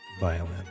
violin